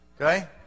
Okay